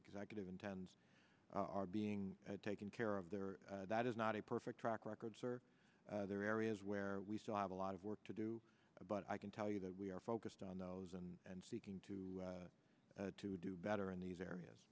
executive intends are being taken care of there that is not a perfect track record sir there are areas where we still have a lot of work to do but i can tell you that we are focused on those and and seeking to to do better in these areas